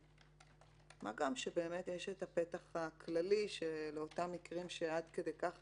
מה גם שיש הפתח הכללי לאותם מקרים שעד כדי כך